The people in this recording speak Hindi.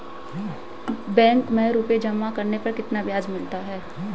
बैंक में रुपये जमा करने पर कितना ब्याज मिलता है?